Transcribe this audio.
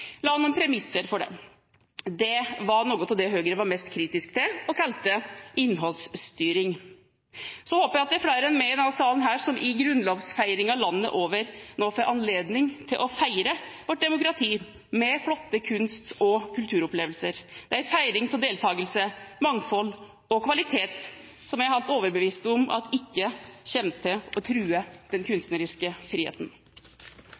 Det var noe av det Høyre var mest kritisk til og kalte innholdsstyring. Så håper jeg at det er flere enn meg i denne salen som i grunnlovsfeiringen landet over får anledning til å feire vårt demokrati med flotte kunst- og kulturopplevelser. Det er en feiring av deltakelse, mangfold og kvalitet som jeg er helt overbevist om ikke kommer til å true den kunstneriske friheten.